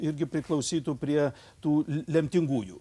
irgi priklausytų prie tų lemtingųjų